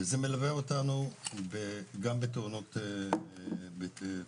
וזה מלווה אותנו גם בתאונות בדרכים,